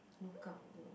look up to